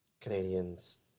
Canadians